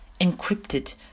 encrypted